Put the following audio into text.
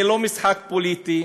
זה לא משחק פוליטי,